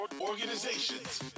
Organizations